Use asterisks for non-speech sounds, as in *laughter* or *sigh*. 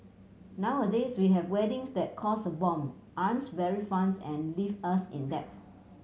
nowadays we have weddings that cost a bomb aren't very fun *unintelligible* and leave us in debt